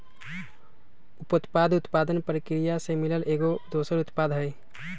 उपोत्पाद उत्पादन परकिरिया से मिलल एगो दोसर उत्पाद हई